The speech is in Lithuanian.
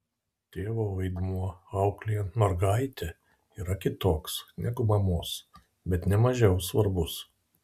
tėvo vaidmuo auklėjant mergaitę yra kitoks negu mamos bet ne mažiau svarbus